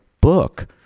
book